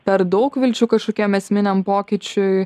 per daug vilčių kažkokiam esminiam pokyčiui